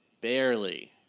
barely